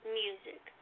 music